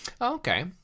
Okay